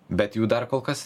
bet jų dar kol kas